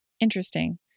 Interesting